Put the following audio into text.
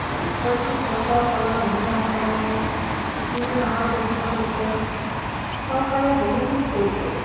এই পঁয়ত্ৰিছ বছৰ তলৰ মহিলাসকলকো তিনি মাহৰ প্ৰশিক্ষণ দিছে চৰকাৰে বহুখিনি কৰিছে